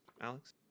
alex